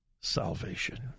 salvation